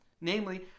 Namely